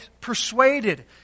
persuaded